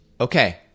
Okay